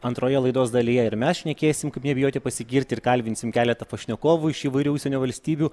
antroje laidos dalyje ir mes šnekėsim kaip nebijoti pasigirti ir kalbinsim keletą pašnekovų iš įvairių užsienio valstybių